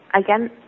again